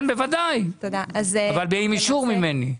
כן, בוודאי, אבל עם אישור ממני.